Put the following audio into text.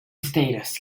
status